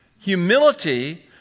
Humility